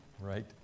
right